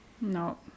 no